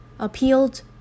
appealed